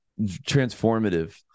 transformative